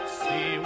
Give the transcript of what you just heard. see